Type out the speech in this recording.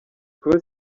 kuba